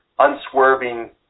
unswerving